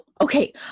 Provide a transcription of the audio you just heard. okay